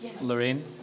Lorraine